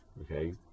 okay